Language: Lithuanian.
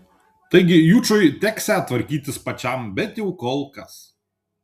taigi jučui teksią tvarkytis pačiam bent jau kol kas